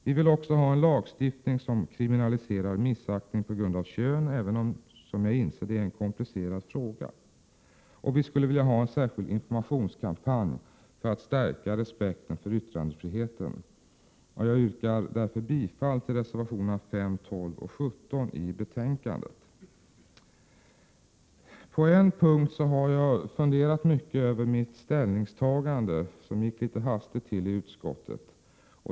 Vi vill också ha en lagstiftning som kriminaliserar missaktning på grund av kön, även om det är en komplicerad fråga. Vi vill ha en särskild informationskampanj för att stärka respekten för yttrandefriheten. Jag yrkar bifall till reservationerna 5, 12 och 17. På en punkt har jag funderat mycket över mitt ställningstagande, då det gick litet hastigt till i utskottet.